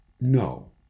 no